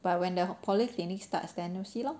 but when the polyclinic starts then see lor